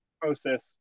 process